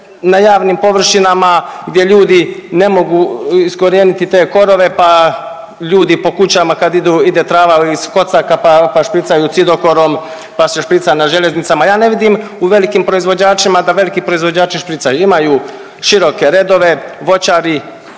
na javnim površinama gdje ljudi ne mogu iskorijeniti te korove pa ljudi po kućama ide trava iz kocaka pa špricaju cidokorom, pa se šprica na željeznicama. Ja ne vidim u velikim proizvođačima da veliki proizvođači špricaju. Imaju širok redove voćari,